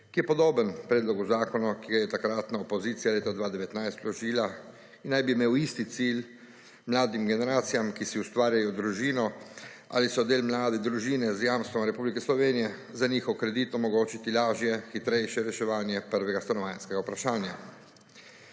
ki je podoben predlogu zakona, ki ga je takratna opozicija leta 2019 vložila in naj bi imel isti cilj, mladim generacijam, ki si ustvarjajo družino ali so del mlade družine, z jamstvom Republike Slovenije za njihov kredit omogočiti lažje, hitrejše reševanje prvega stanovanjskega vprašanja.